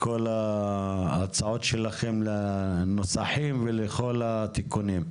כל ההצעות שלכם לנוסחים ולכל התיקונים?